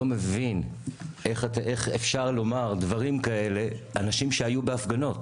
לא מבין איך אפשר לומר דברים כאלה אנשים שהיו בהפגנות